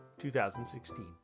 2016